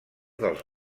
dels